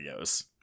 videos